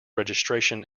registration